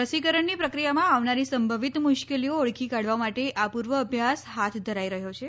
રસીકરણની પ્રક્રિયામાં આવનારી સંભવિત મુશ્કેલીઓ ઓળખી કાઢવા માટે આ પૂર્વઅભ્યાસ હાથ ધરાઈ રહ્યો છે